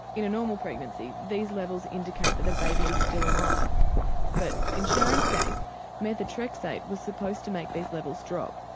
in a normal pregnancy these levels indicate that a baby is still alive but in sharon's case methotrexate was supposed to make these levels drop.